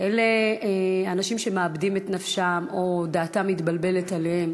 אלה אנשים שמאבדים את נפשם או דעתם מתבלבלת עליהם.